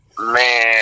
Man